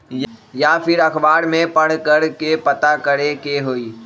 या फिर अखबार में पढ़कर के पता करे के होई?